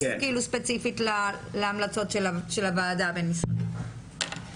ספציפית להמלצות של הוועדה הבין משרדית.